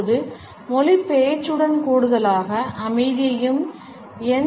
இப்போது மொழி பேச்சுடன் கூடுதலாக அமைதியையும் என்